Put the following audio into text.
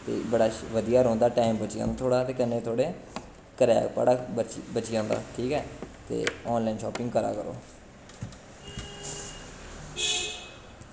ते बड़ा बधिया रौंह्दा टाईम बची जंदा थोआढ़ा ते कन्नै थोआढ़े कराया भाड़ा बची बची जंदा ठीक ऐ ते आनलाइन शापिंग करा करो